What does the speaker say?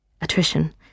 attrition